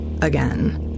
again